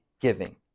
giving